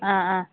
ꯑꯥ ꯑꯥ